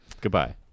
goodbye